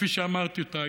כפי שאמרתי אותה,